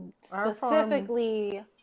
specifically